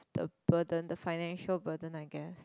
the burden the financial burden I guess